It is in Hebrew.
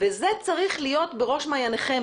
וזה צריך להיות בראש מעייניכם,